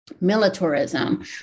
militarism